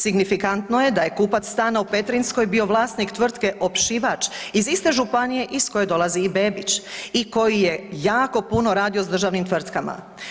Signifikantno je da je kupac stana u Petrinjskoj bio vlasnik tvrtke „Obšivač“ iz iste županije iz koje dolazi i Bebić i koji je jako puno radio sa državnim tvrtkama.